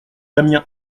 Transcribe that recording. damien